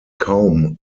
kaum